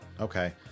Okay